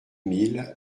mille